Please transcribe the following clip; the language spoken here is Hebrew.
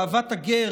אהבת הגר,